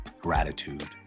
gratitude